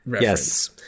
Yes